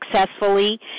successfully